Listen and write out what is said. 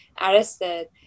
arrested